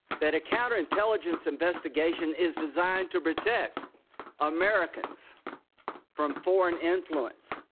that a counter intelligence investigation is designed to protect americans from foreign influence.